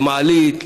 למעלית,